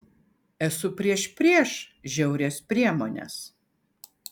esu prieš prieš žiaurias priemones